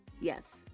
yes